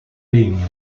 legno